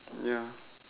ya